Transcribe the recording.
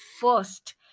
first